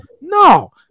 no